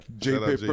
J-Paper